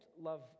love